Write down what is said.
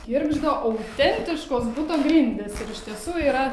girgžda autentiškos buto grindys ir iš tiesų yra